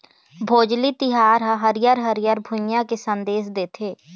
भोजली तिहार ह हरियर हरियर भुइंया के संदेस देथे